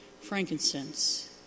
frankincense